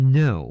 no